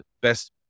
best